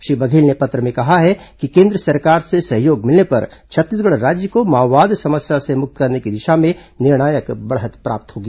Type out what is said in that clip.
श्री बघेल ने पत्र में कहा है कि केन्द्र सरकार से सहयोग मिलने पर छत्तीसगढ़ राज्य को माओवाद समस्या से मुक्त करने की दिशा में निर्णायक बढ़त प्राप्त होगी